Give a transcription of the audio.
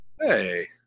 Hey